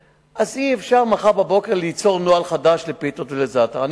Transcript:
אי-אפשר מחר בבוקר ליצור נוהל חדש לפיתות וזעתר.